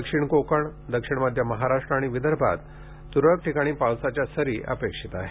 दक्षिण कोकळ दक्षिण मध्य महाराष्ट्र आणि विदर्भात तुरळक ठिकाणी पावसाच्या सरी अपेक्षित आहेत